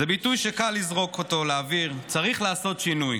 זה ביטוי שקל לזרוק לאוויר, "צריך לעשות שינוי".